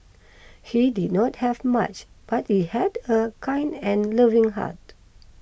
he did not have much but he had a kind and loving heart